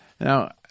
Now